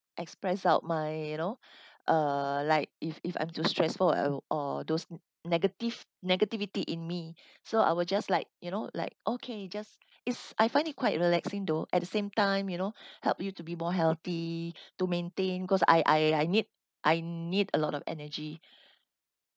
express out my you know uh like if if I'm too stressful I will or those negative negativity in me so I will just like you know like okay just it's I find it quite relaxing though at the same time you know help you to be more healthy to maintain cause I I I need I need a lot of energy